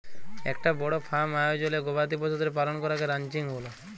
একটা বড় ফার্ম আয়জলে গবাদি পশুদের পালন করাকে রানচিং ব্যলে